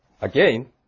Again